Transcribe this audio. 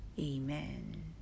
Amen